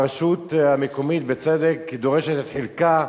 והרשות המקומית, בצדק, דורשת את חלקה.